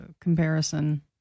comparison